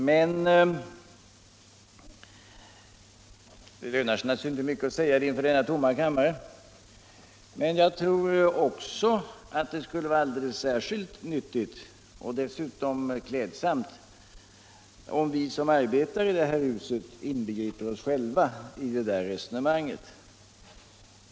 Men — det lönar sig naturligtvis inte mycket att säga detta inför denna tomma kammare — jag tror också att det skulle vara särskilt nyttigt och dessutom klädsamt om vi som arbetar i det här huset inbegrep oss själva i det där resonemanget.